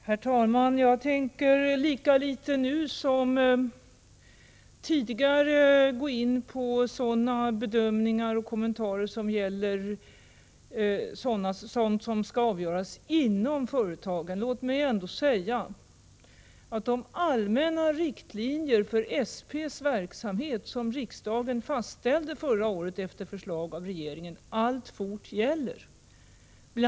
Herr talman! Jag tänker lika litet nu som tidigare gå in på sådana bedömningar och kommentarer som gäller angelägenheter vilka skall avgöras inom företagen. Låt mig ändå säga att de allmänna riktlinjer för SP:s verksamhet som riksdagen fastställde förra året efter förslag från regeringen alltfort gäller. Bl.